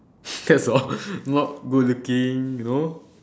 that's all not good looking you know